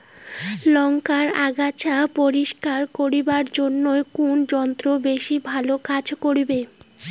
লংকার আগাছা পরিস্কার করিবার জইন্যে কুন যন্ত্র বেশি ভালো কাজ করিবে?